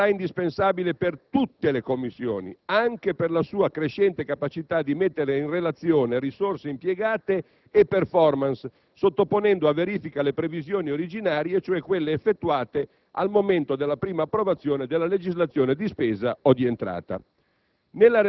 risulterà indispensabile per tutte le Commissioni, anche per la sua crescente capacità di mettere in relazione risorse impiegate e *performance*, sottoponendo a verifica le previsioni originarie, cioè quelle effettuate al momento della prima approvazione della legislazione di spesa o di entrata.